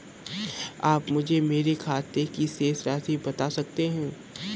आप मुझे मेरे खाते की शेष राशि बता सकते हैं?